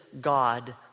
God